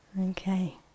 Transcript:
okay